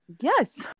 Yes